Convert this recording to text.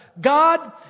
God